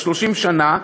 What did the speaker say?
30 שנה,